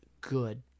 good